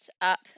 up